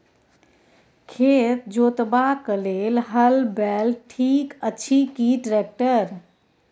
खेत जोतबाक लेल हल बैल ठीक अछि की ट्रैक्टर?